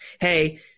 hey –